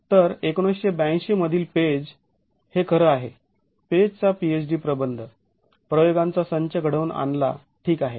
तर १९८२ मधील पेज हे खरं आहे पेजचा पीएचडी प्रबंध प्रयोगांचा संच घडवून आणला ठीक आहे